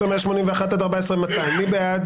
14,041 עד 14,060, מי בעד?